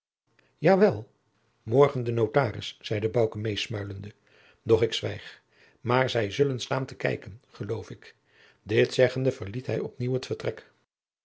wel morgen de notaris zeide bouke meesmuilende doch ik zwijg maar zij zullen staan te kijken geloof ik dit zeggende verliet hij op nieuw het vertrek